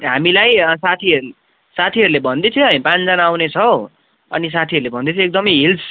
हामीलाई साथीहरू साथीहरूले भन्दै थियो हामी पाँचजना आउने छौँ अनि साथीहरूले भन्दै थियो एकदमै हिल्स